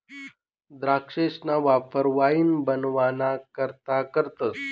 द्राक्षसना वापर वाईन बनवाना करता करतस